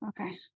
Okay